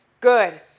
good